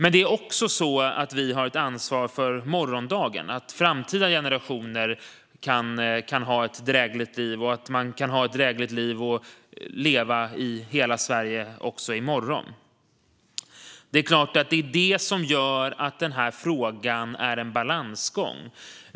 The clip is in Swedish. Men det är också så att vi har ett ansvar för morgondagen - för att framtida generationer kan ha ett drägligt liv och för att man kan ha ett drägligt liv och leva i hela Sverige också i morgon. Det är detta som gör att denna fråga är en balansgång.